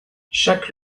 chaque